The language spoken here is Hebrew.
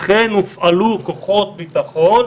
אכן הופעלו כוחות ביטחון,